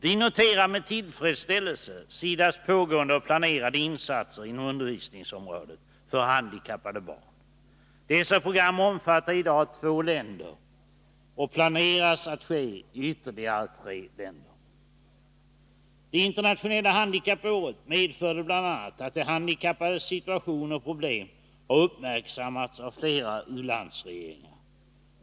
Vi noterar med tillfredsställelse SIDA:s pågående och planerade insatser inom undervisningsområdet för handikappade barn. Dessa program omfattar i dag två länder och planeras för ytterligare tre länder. Det internationella handikappåret medförde bl.a. att de handikappades situation och problem har uppmärksammats av flera u-landsregeringar.